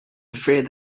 afraid